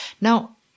Now